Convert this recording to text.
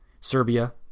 Serbia